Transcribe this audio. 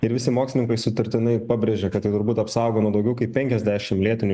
ir visi mokslininkai sutartinai pabrėžia kad tai turbūt apsaugo nuo daugiau kaip penkiasdešim lėtinių